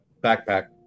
backpack